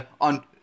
On